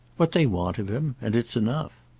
what they want of him. and it's enough.